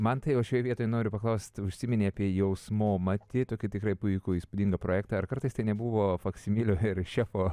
mantai o šioje vietoj noriu paklausti užsiminė apie jausmomatį tokį tikrai puikų įspūdingą projektą ar kartais ten nebuvo faksimilio ir šefo